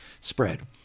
spread